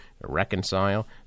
reconcile